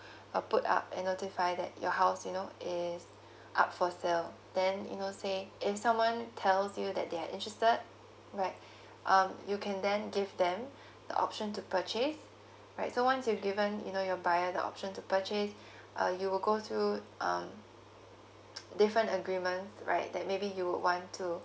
uh put up and notify that your house you know is up for sale then you know say if someone tells you that they are interested right um you can then give them the option to purchase right so once you've given you know your buyer the option to purchase uh you will go through um different agreement right like maybe you would want to